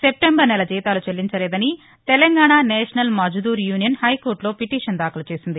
September నెల జీతాలు చెల్లించలేదని తెలంగాణ నేషనల్ మజ్దూర్ యూనియన్ హైకోర్టులో పిటిషన్ దాఖలుచేసింది